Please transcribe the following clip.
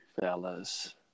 fellas